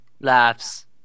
laughs